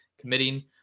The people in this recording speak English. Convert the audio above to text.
committing